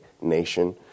nation